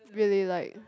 really like